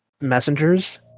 messengers